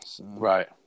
Right